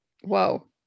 Whoa